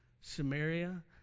Samaria